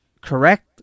correct